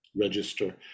register